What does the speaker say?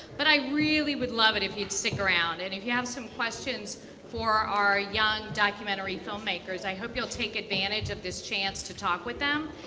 but i really would love it if you'd stick around, and if you have some questions for our young documentary filmmakers, i hope you'll take advantage of this chance to talk to them.